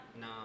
No